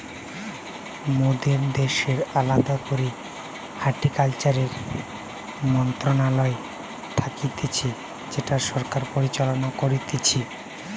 মোদের দ্যাশের আলদা করেই হর্টিকালচারের মন্ত্রণালয় থাকতিছে যেটা সরকার পরিচালনা করতিছে